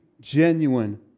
genuine